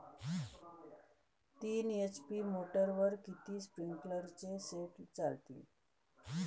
तीन एच.पी मोटरवर किती स्प्रिंकलरचे सेट चालतीन?